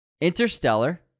interstellar